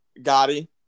Gotti